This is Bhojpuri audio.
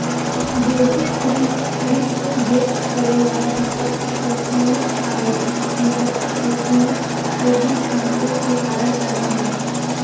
बेसिस रिस्क हेज करे वाला संपत्ति क कीमत आउर संपत्ति क कीमत के बीच अंतर के कारण पैदा होला